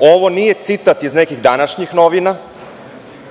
Ovo nije citat iz nekih današnjih novina,